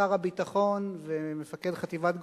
שר הביטחון ומפקד חטיבת גולני,